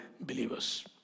believers